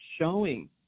showing